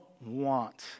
want